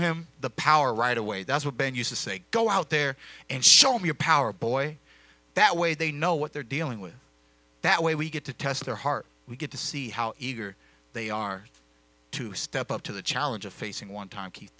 power right away that's what ben used to say go out there and show me a power boy that way they know what they're dealing with that way we get to test their heart we get to see how eager they are to step up to the challenge of facing one time ke